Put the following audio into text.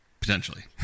potentially